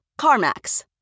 carmax